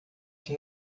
que